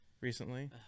recently